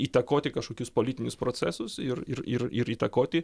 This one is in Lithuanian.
įtakoti kažkokius politinius procesus ir ir ir įtakoti